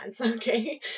okay